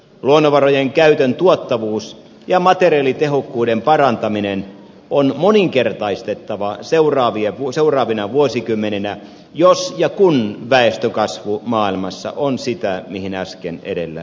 luonnonvarojen käytön tuottavuus ja materiaalitehokkuuden parantaminen on moninkertaistettava seuraavina vuosikymmeninä jos ja kun väestönkasvu maailmassa on sitä mihin äsken edellä viittasin